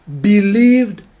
believed